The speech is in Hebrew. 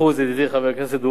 ידידי חבר הכנסת דואן,